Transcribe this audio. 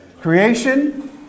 creation